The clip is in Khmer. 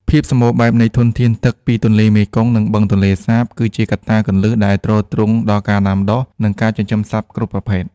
ភាពសម្បូរបែបនៃធនធានទឹកពីទន្លេមេគង្គ និងបឹងទន្លេសាប គឺជាកត្តាគន្លឹះដែលទ្រទ្រង់ដល់ការដាំដុះ និងការចិញ្ចឹមសត្វគ្រប់ប្រភេទ។